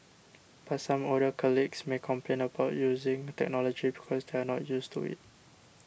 but some older colleagues may complain about using technology because they are not used to it